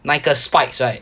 那个 spikes right